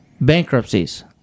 bankruptcies